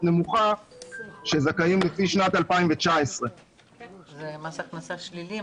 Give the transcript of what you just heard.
נמוכה שזכאים לפי שנת 2019. שזה מס הכנסה שלילי?